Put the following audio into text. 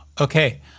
Okay